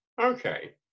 okay